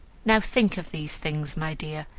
now think of these things, my dear,